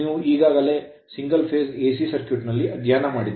ನೀವು ಈಗಾಗಲೇ ಇದನ್ನು ಸಿಂಗಲ್ ಫೇಸ್ AC ಸರ್ಕ್ಯೂಟ್ ನಲ್ಲಿ ಅಧ್ಯಯನ ಮಾಡಿದ್ದೀರಿ